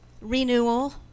renewal